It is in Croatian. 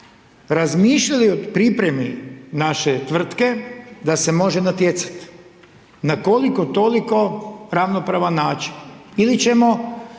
razmišljali o pripremi naše tvrtke da se može natjecati, na koliko toliko ravnopravan način, ili ćemo